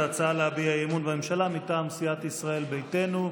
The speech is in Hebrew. ההצעה להביע אי-אמון בממשלה מטעם סיעת ישראל ביתנו.